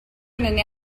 announce